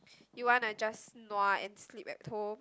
you wanna just nua and sleep at home